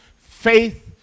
faith